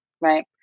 right